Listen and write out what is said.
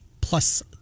plus